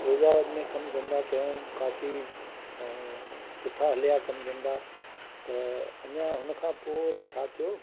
फिरोजाबाद में कमु धंधा कयऊं काफ़ी अ सुठा हलिया कमु धंधा त अञां हुनखां पोइ वरी छा थियो